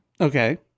Okay